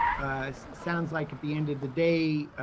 sounds like at the end of the day,